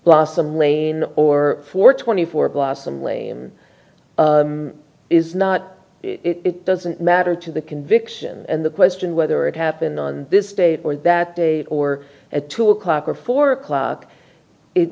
blossom lane or four twenty four blossom lane is not it doesn't matter to the conviction and the question whether it happened on this date or that day or at two o'clock or four o'clock it